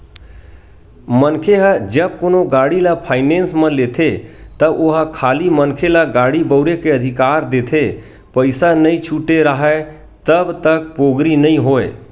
मनखे ह जब कोनो गाड़ी ल फायनेंस म लेथे त ओहा खाली मनखे ल गाड़ी बउरे के अधिकार देथे पइसा नइ छूटे राहय तब तक पोगरी नइ होय